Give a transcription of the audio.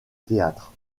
théâtre